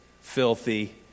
filthy